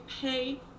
pay